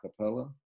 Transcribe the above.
acapella